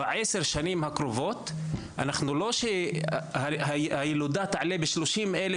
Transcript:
בעשר השנים הקרובות הילודה תעלה ב-30,000